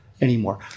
anymore